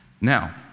Now